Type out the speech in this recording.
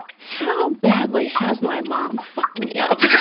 how badly has my mom fucked me up?